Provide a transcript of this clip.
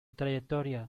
trayectoria